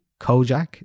Kojak